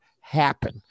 happen